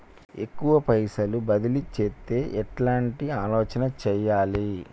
ఎక్కువ పైసలు బదిలీ చేత్తే ఎట్లాంటి ఆలోచన సేయాలి?